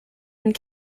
and